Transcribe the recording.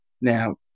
Now